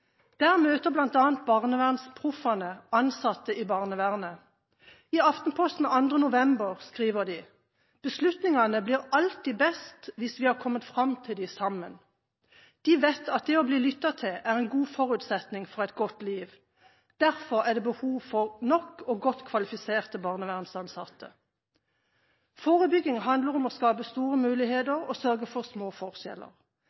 Der møter bl.a. Barnevernsproffene ansatte i barnevernet. I Aftenposten 2. november sier de: «Beslutningene blir alltid best, hvis vi har kommet frem til dem sammen.» De vet at det å bli lyttet til, er en god forutsetning for et godt liv. Derfor er det behov for nok og godt kvalifiserte barnevernsansatte. Forebygging handler om å skape store